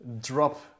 drop